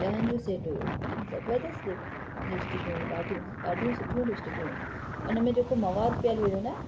ॾहनि जो सेट हुयो ज़बरदस्त लिपस्टिक हुई ॾाढियूं ॾाढियूं सुठियूं लिपस्टिक हुयूं उन में जेको मवादु पयल हुयो न